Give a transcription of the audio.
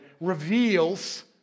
reveals